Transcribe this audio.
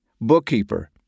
bookkeeper